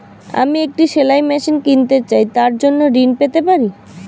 আমি একটি সেলাই মেশিন কিনতে চাই তার জন্য ঋণ পেতে পারি?